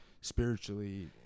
spiritually